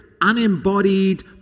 unembodied